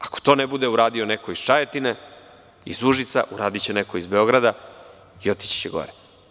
Ako to ne bude uradio neko iz Čajetine, iz Užica, uradiće neko iz Beograd i otići će gore.